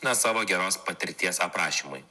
na savo geros patirties aprašymui